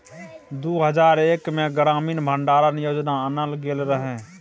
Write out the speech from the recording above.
दु हजार एक मे ग्रामीण भंडारण योजना आनल गेल रहय